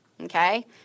Okay